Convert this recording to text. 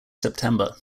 september